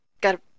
got